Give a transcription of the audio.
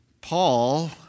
Paul